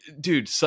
dude